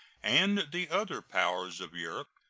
and the other powers of europe,